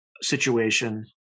situation